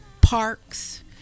parks